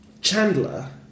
Chandler